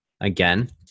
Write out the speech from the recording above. Again